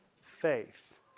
faith